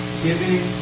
giving